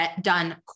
done